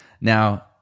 Now